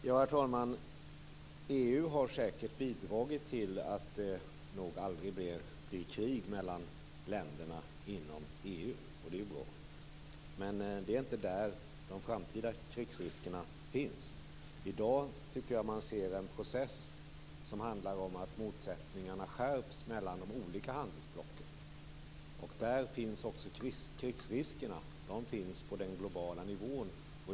Herr talman! EU har säkert bidragit till att det nog aldrig blir krig mellan länderna inom EU. Det är bra. Men det är inte där som de framtida krigsriskerna finns. I dag tycker jag att man ser en process som handlar om att motsättningarna mellan de olika handelsblocken skärps. Där finns också krigsriskerna. De finns alltså på den globala nivån.